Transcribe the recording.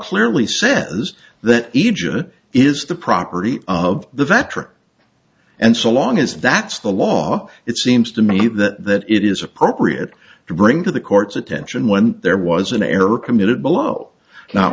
clearly sends the ija is the property of the veteran and so long as that's the law it seems to me that it is appropriate to bring to the court's attention when there was an error committed below no